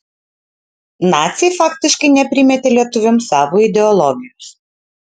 naciai faktiškai neprimetė lietuviams savo ideologijos